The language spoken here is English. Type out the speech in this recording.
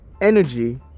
Energy